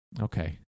Okay